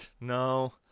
no